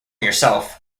yourself